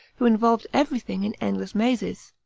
who involved every thing in endless mazes.